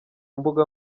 mbuga